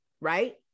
right